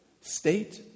state